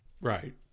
Right